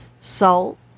salt